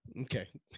Okay